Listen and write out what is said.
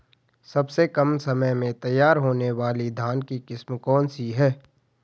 सबसे कम समय में तैयार होने वाली धान की किस्म कौन सी है?